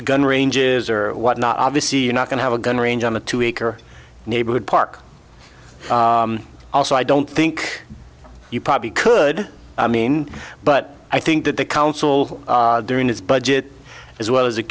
gun ranges or whatnot obviously you're not going to have a gun range on a two acre neighborhood park also i don't think you probably could i mean but i think that the council during his budget as well as a